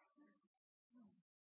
helt nødvendig for